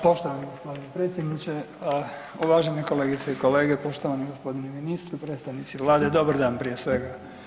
Poštovani predsjedniče, uvažene kolegice i kolege, poštovani g. ministre, predstavnici Vlade, dobar dan prije svega.